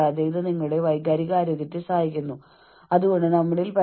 തീർച്ചയായും നിങ്ങൾ ഒരു മൃഗസ്നേഹിയാണെങ്കിൽ ഈ നായയെക്കുറിച്ച് നിങ്ങൾക്ക് വിഷമിക്കാം